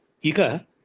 Ika